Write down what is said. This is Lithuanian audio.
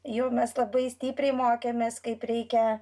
jau mes labai stipriai mokėmės kaip reikia